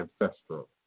ancestral